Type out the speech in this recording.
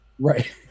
Right